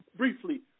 Briefly